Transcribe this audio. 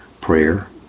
Prayer